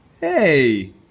Hey